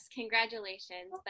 congratulations